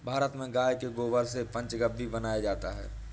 भारत में गाय के गोबर से पंचगव्य भी बनाया जाता है